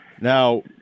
Now